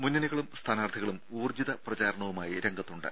മുന്നണികളും സ്ഥാനാർത്ഥികളും ഉൌർജ്ജിത പ്രചാരണവുമായി രംഗത്തുണ്ട്